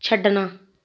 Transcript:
ਛੱਡਣਾ